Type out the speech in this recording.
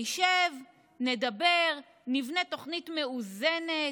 נשב, נדבר, נבנה תוכנית מאוזנת,